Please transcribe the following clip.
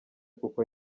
kuko